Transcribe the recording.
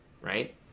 right